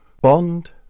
bond